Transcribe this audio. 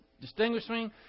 distinguishing